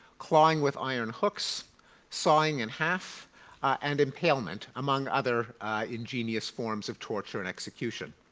clawing with iron hooks sawing in half and impalement, among other ingenious forms of torture and execution.